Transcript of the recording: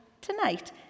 tonight